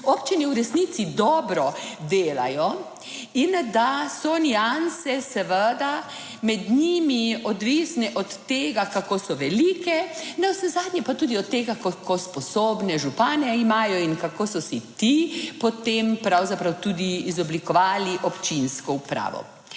občine v resnici dobro delajo in da so nianse seveda med njimi odvisne od tega, kako so velike, navsezadnje pa tudi od tega, kako sposobne župane imajo in kako so si ti potem pravzaprav tudi izoblikovali občinsko upravo.